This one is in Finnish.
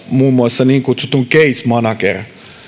muun muassa niin kutsutun case manager